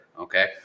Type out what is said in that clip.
okay